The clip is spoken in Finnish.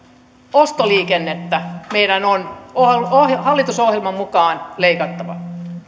ostoliikennettä meidän on on hallitusohjelman mukaan leikattava